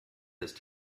ist